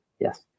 Yes